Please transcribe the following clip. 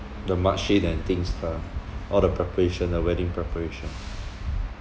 the march in and things lah all the preparation ah wedding preparation